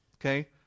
okay